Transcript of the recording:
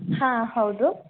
ಹಾಂ ಹೌದು